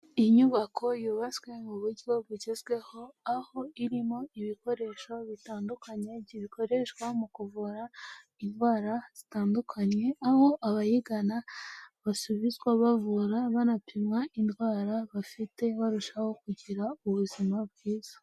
Inyubako yubatswe mu buryo bugezweho, aho irimo ibikoresho bitandukanye bikoreshwa mu kuvura indwara zitandukanye, aho abayigana basubizwa bavura banapimwa indwara bafite barushaho kugira ubuzima bwiza.